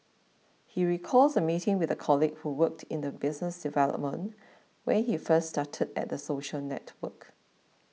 he recalls a meeting with a colleague who worked in business development when he first started at the social network